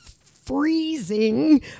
freezing